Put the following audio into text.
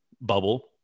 bubble